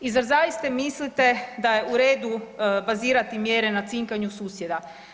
I zar zaista mislite da je u redu bazirati mjere na cinkanju susjeda?